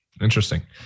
interesting